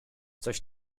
coś